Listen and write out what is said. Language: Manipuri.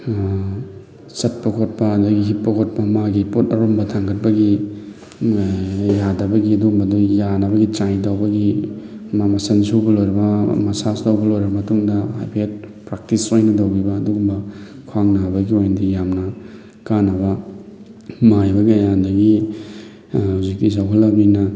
ꯆꯠꯄ ꯈꯣꯠꯄ ꯑꯗꯒꯤ ꯍꯤꯞꯄ ꯈꯣꯠꯄ ꯃꯥꯒꯤ ꯄꯣꯠ ꯑꯔꯨꯝꯕ ꯊꯥꯡꯒꯠꯄꯒꯤ ꯌꯥꯗꯕꯒꯤ ꯑꯗꯨꯒꯨꯝꯕꯗꯨ ꯌꯥꯅꯕꯒꯤ ꯇ꯭ꯔꯥꯏ ꯇꯧꯕꯒꯤ ꯃꯁꯜ ꯁꯨꯕ ꯂꯣꯏꯔꯕ ꯃꯁꯥꯁ ꯇꯧꯕ ꯂꯣꯏꯔꯕ ꯃꯇꯨꯡꯗ ꯍꯥꯏꯐꯦꯠ ꯄ꯭ꯔꯥꯛꯇꯤꯁ ꯑꯣꯏꯅ ꯇꯧꯕꯤꯕ ꯑꯗꯨꯒꯨꯝꯕ ꯈ꯭ꯋꯥꯡ ꯅꯥꯕꯒꯤ ꯑꯣꯏꯅꯗꯤ ꯌꯥꯝꯅ ꯀꯥꯅꯕ ꯃꯥꯏꯕ ꯀꯌꯥ ꯑꯗꯒꯤ ꯍꯧꯖꯤꯛꯇꯤ ꯆꯥꯎꯈꯠꯂꯛꯑꯕꯅꯤꯅ